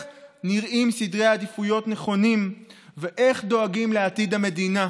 נראים סדרי עדיפויות נכונים ואיך דואגים לעתיד המדינה,